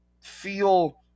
feel